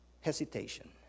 hesitation